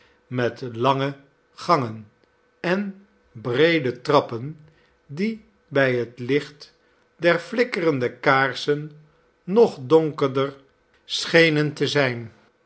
met lange gangen en breede trappen die bij het licht der flikkerende kaarsen nog donkerder schenen te zijn